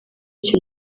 icyo